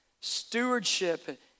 stewardship